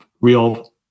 real